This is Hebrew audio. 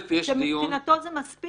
מבחינתו זה מספיק.